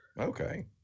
okay